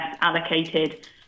allocated